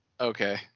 okay